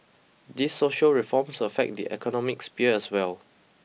these social reforms affect the economic sphere as well